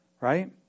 right